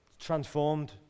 transformed